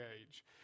age